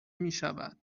میشود